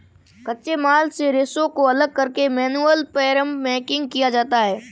कच्चे माल से रेशों को अलग करके मैनुअल पेपरमेकिंग किया जाता है